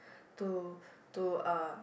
to to uh